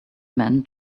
man